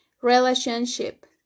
relationship